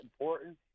important